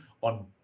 on